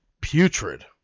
putrid